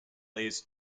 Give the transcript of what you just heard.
lays